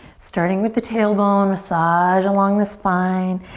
starting with the tailbone, massage along the spine,